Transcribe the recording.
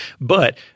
but-